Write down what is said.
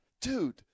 Dude